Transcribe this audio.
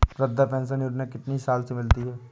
वृद्धा पेंशन योजना कितनी साल से मिलती है?